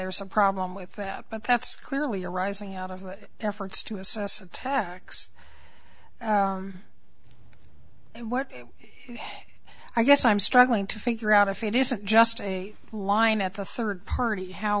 there's a problem with that but that's clearly arising out of efforts to assess tax and what i guess i'm struggling to figure out if it isn't just a line at the third party how